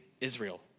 Israel